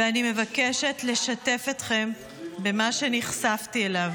ואני מבקשת לשתף אתכם במה שנחשפתי אליו.